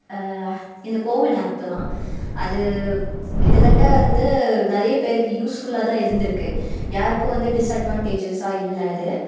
இந்த CoWIN app தான் அது கிட்டதட்ட வந்து நிறைய பேருக்கு யூஸ்ஃபுல்லாக தான் இருந்திருக்கு யாருக்கும் வந்து டிஸ்அட்வாண்டேஜஸாக இல்லை அது